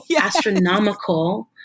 astronomical-